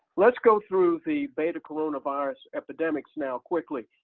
let's go through the beta coronavirus epidemics now quickly.